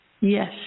Yes